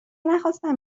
نخواستم